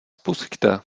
pusťte